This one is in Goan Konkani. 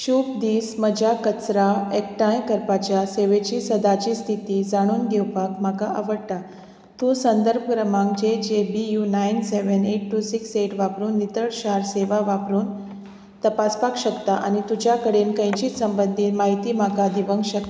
शूभ दीस म्हज्या कचरा एकठांय करपाच्या सेवेची सद्याची स्थिती जाणून घेवपाक म्हाका आवडटा तूं संदर्भ क्रमांक J J B U nine seven eight two six eight वापरून नितळ शार सेवा वापरून तपासपाक शकता आनी तुज्या कडेन खंयचीच संबंदीत म्हायती म्हाका दिवंक शक